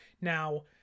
now